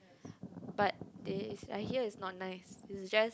but they is I hear is not nice is just